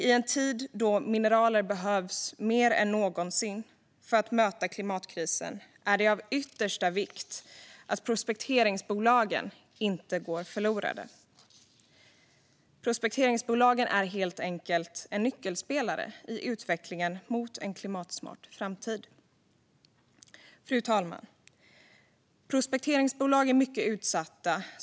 I en tid då mineral behövs mer än någonsin för att möta klimatkrisen är det av yttersta vikt att prospekteringsbolagen inte går förlorade. Prospekteringsbolagen är helt enkelt nyckelspelare i utvecklingen mot en klimatsmart framtid. Fru talman! Prospekteringsbolag är mycket utsatta.